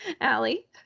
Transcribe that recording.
Allie